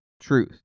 truth